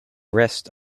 rest